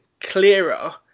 clearer